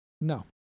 No